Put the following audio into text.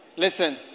Listen